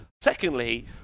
Secondly